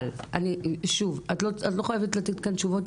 את לא חייבת לתת כאן תשובות.